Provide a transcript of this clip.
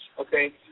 Okay